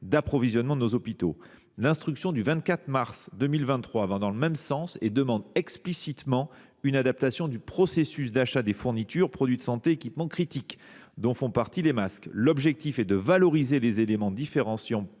d’approvisionnement de nos hôpitaux. L’instruction du 24 mars 2023 de la DGOS va dans le même sens, en demandant explicitement une adaptation du processus d’achat des fournitures, produits de santé et équipements critiques, dont font partie les masques. L’objectif est de valoriser les éléments différenciant